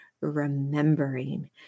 remembering